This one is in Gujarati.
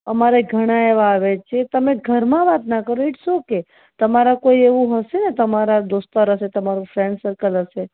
અમારે ઘણા એવા આવે છે તમે ઘરમાં વાત ન કરો ઇટ્સ ઓકે તમારા કોઈ એવું હશે તમારા દોસ્તાર હશે તમારું ફ્રેન્ડ સર્કલ હશે